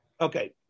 Okay